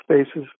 spaces